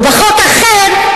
ובחוק אחר,